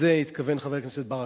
לזה התכוון חבר הכנסת ברכה.